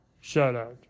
shout-out